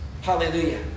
Hallelujah